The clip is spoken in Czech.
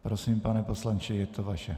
Prosím, pane poslanče, je to vaše.